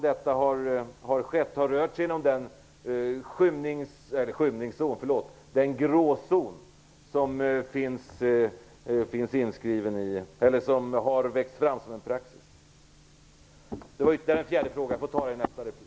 Det har skett inom den gråzon som har vuxit fram som en praxis. Jag får ta den fjärde frågan i nästa replik.